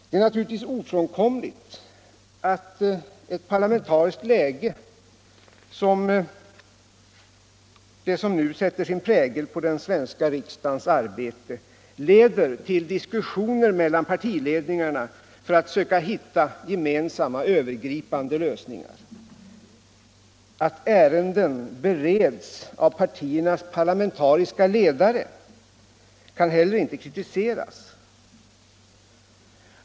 Det är naturligtvis ofrånkomligt att ett parlamentariskt läge som det som nu sätter sin prägel på den svenska riksdagens arbete leder till diskussioner mellan partiledningarna, genom vilka man skall söka hitta gemensamma övergripande lösningar. Att ärenden bereds av partiernas parlamentariska ledare kan heller inte kritiseras.